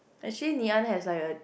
actually Ngee-Ann has like a